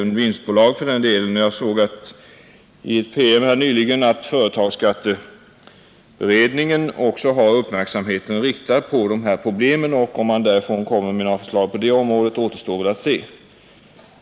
Nyligen såg jag i en PM att företagskatteberedningen har uppmärksamheten riktad på dessa problem. Huruvida man ämnar komma med några förslag på detta område återstår att se.